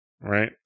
right